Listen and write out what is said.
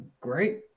great